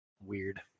Weird